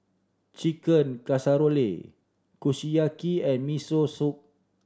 Chicken Casserole Kushiyaki and Miso Soup